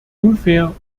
unfair